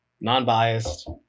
non-biased